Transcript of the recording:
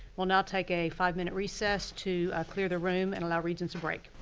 we'll now take a five minute recess to clear the room and allow regents a break.